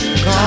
God